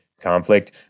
conflict